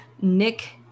nick